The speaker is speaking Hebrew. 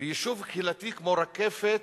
"ביישוב קהילתי כמו רקפת,